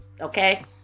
Okay